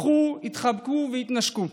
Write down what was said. בכו, התחבקו והתנשקו.